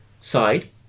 side